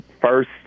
first